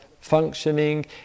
functioning